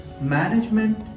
management